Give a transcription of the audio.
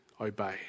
obey